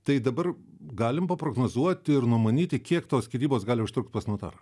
tai dabar galim paprognozuoti ir numanyti kiek tos skyrybos gali užtrukt pas notarą